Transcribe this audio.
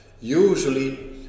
Usually